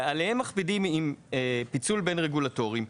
ועליהם מכבידים עם פיצול בין רגולטורים.